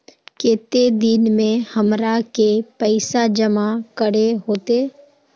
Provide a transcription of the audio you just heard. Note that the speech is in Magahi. केते दिन में हमरा के पैसा जमा करे होते?